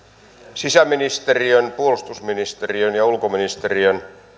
sisäministeriön puolustusministeriön ja ulkoministeriön